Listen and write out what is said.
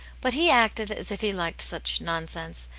but he acted as if he liked such nonsense,